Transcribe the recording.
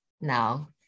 Now